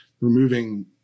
removing